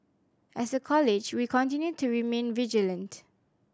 as a College we continue to remain vigilant